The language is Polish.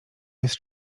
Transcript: jest